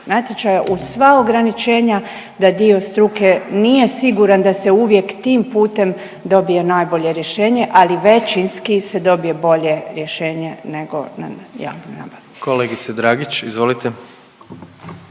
natječaja uz sva ograničenja da dio struke nije siguran da se uvijek tim putem dobije najbolje rješenje, ali većinski se dobije bolje rješenje. **Jandroković, Gordan (HDZ)** Kolegice Dragić, izvolite.